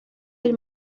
del